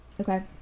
Okay